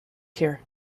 here